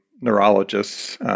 neurologists